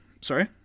Sorry